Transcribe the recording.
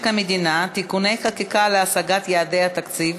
המדינה (תיקוני חקיקה להשגת יעדי התקציב)